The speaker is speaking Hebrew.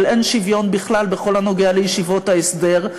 אין שוויון בכלל בכל הנוגע לישיבות ההסדר,